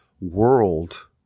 world